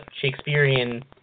Shakespearean